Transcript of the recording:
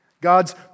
God's